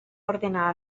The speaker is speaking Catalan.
ordenar